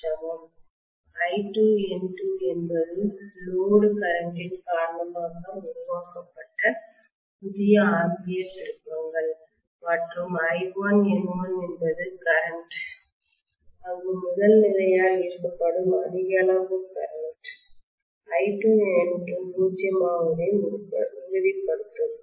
I2N2 என்பது load current இன் காரணமாக உருவாக்கப்பட்ட புதிய ஆம்பியர் திருப்பங்கள் மற்றும் I1N1 என்பது கரெண்ட் அங்கு முதல் நிலையால் ஈர்க்கப்படும் அதிக அளவு கரெண்ட் I2N2 பூஜ்யமாவதை உறுதிப்படுத்தும்